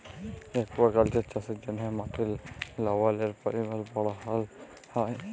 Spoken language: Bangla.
একুয়াকাল্চার চাষের জ্যনহে মাটির লবলের পরিমাল বাড়হাল হ্যয়